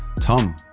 Tom